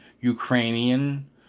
Ukrainian